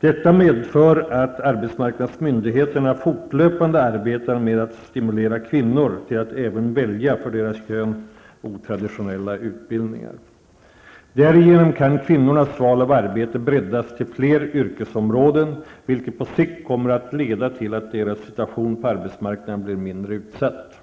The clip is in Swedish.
Detta medför att arbetsmarknadsmyndigheterna fortlöpande arbetar med att stimulera kvinnor till att även välja för deras kön otraditionella utbildningar. Därigenom kan kvinnornas val av arbete breddas till fler yrkesområden, vilket på sikt kommer att leda till att deras situation på arbetsmarknaden blir mindre utsatt.